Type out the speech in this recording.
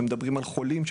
שמדברים על חולים,